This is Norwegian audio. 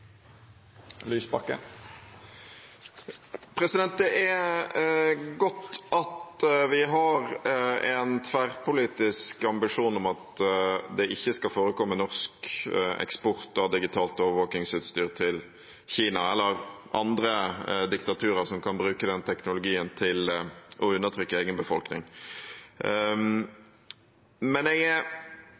Det er godt at vi har en tverrpolitisk ambisjon om at det ikke skal forekomme norsk eksport av digitalt overvåkingsutstyr til Kina eller andre diktaturer, som kan bruke den teknologien til å undertrykke egen befolkning. Jeg